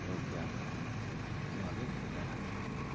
ᱭᱳᱜᱽ ᱵᱮᱭᱟᱢ ᱫᱚ ᱱᱚᱣᱟᱜᱮᱧ ᱢᱮᱱᱟ